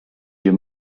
your